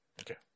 Okay